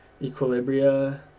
Equilibria